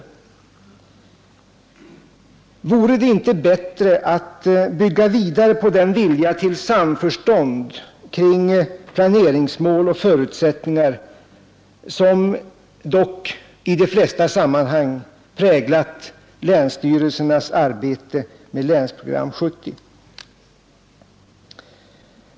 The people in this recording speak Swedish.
Vore det inte bättre att bygga vidare på den vilja till samförstånd kring planeringsmål och förutsättningar som dock i de flesta sammanhang präglat länsstyrelsernas arbete med Länsprogram 70?